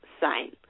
sign